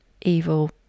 evil